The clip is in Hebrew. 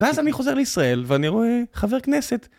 ואז אני חוזר לישראל ואני רואה חבר כנסת